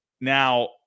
now